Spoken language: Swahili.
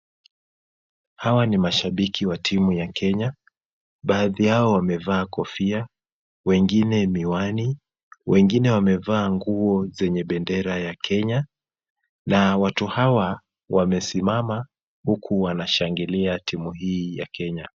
Hawa ni mashabiki wa timu ya Kenya. Baadhi yao wamevaa kofia wengine miwani. Wengine wamevaa nguo zenye bendera ya Kenya na watu hawa wamesimama huku wanashangilia timu hii ya Kenya.